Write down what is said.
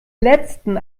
letzten